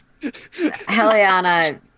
Heliana